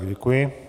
Děkuji.